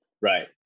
Right